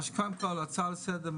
אז קודם כל העניין ההצעה לסדר,